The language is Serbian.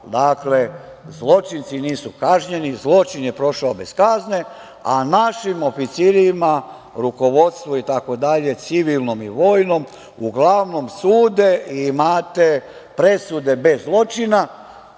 pravdu, zločinci nisu kažnjeni i zločin je prošao bez kazne, a našim oficirima, rukovodstvu, civilnom i vojnom, uglavnom sude i imate presude bez zločina,